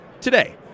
today